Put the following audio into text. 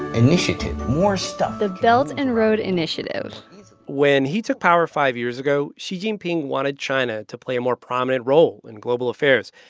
initiative. more stuff. the belt and road initiative when he took power five years ago, xi jinping wanted china to play a more prominent role in global affairs.